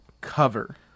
cover